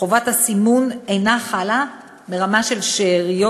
חובת הסימון אינה חלה ברמה של שאריות